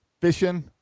fishing